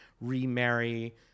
remarry